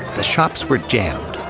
the shops were jammed,